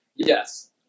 Yes